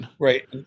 Right